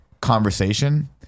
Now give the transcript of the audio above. conversation